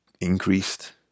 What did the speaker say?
increased